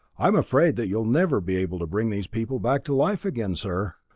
i'm afraid that you'll never be able to bring these people back to life again, sir.